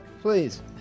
Please